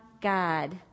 God